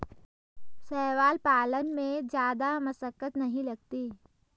शैवाल पालन में जादा मशक्कत नहीं लगती